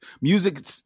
Music